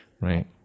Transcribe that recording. Right